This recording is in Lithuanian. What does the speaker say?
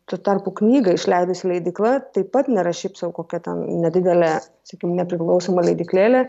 tuo tarpu knygą išleidusi leidykla taip pat nėra šiaip sau kokia ten nedidelė sakykime nepriklausoma leidyklėlė